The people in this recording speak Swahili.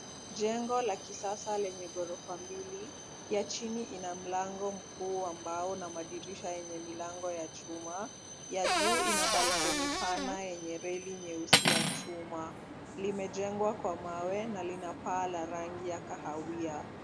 Jengo la kisasa lenye gorofa mbili. Ya chini ina mlango mkuu ambao una madirisha yenye milango ya chuma. Ya juu ina balkoni pana yenye reli nyeusi ya chuma. Limejengwa kwa mawe na lina paa la rangi ya kahawia.